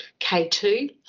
K2